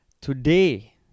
Today